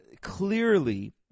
Clearly